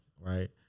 right